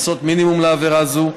קנסות מינימום לעבירה זו,